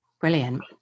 brilliant